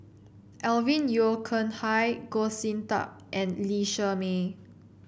Alvin Yeo Khirn Hai Goh Sin Tub and Lee Shermay